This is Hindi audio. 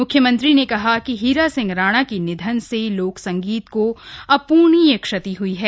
म्ख्यमंत्री ने कहा कि हीरा सिंह राणा के निधन से लोकसंगीत को अप्र्णीय क्षति हई है